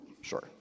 Sure